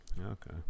okay